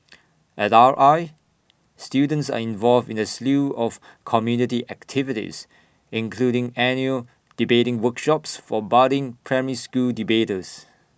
at R I students are involved in A slew of community activities including annual debating workshops for budding primary school debaters